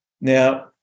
Now